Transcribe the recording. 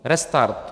Restart.